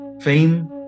fame